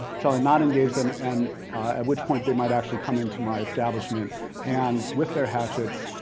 shall i not engage them and at which point they might actually come into my establishment and with their hatchets,